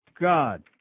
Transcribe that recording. God